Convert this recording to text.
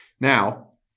Now